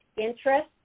interest